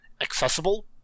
accessible